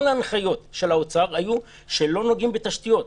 כל ההנחיות של האוצר היו שלא נוגעים בתשתיות.